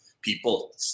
people